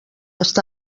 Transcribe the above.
està